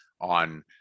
on